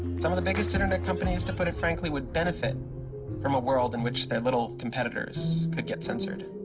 some of the biggest internet companies, to put it frankly, would benefit from a world in which the little competitors could get censored.